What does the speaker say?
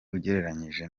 ugereranyije